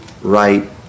right